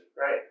Right